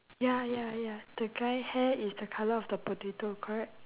ya ya ya the guy hair is the colour of the potato correct